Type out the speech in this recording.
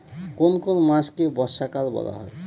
কোন কোন মাসকে বর্ষাকাল বলা হয়?